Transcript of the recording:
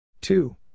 Two